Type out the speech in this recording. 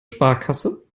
sparkasse